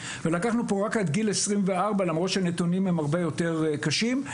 ולקחנו פה רק עד גיל 24 למרות שהנתונים הם הרבה יותר קשים.